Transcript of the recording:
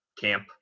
camp